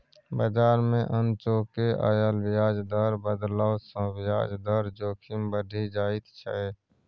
बजार मे अनचोके आयल ब्याज दर बदलाव सँ ब्याज दर जोखिम बढ़ि जाइत छै